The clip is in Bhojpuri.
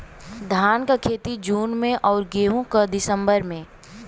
धान क खेती जून में अउर गेहूँ क दिसंबर में?